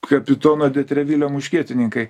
kapitono de trevilio muškietininkai